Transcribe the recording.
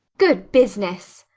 good business!